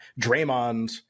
Draymond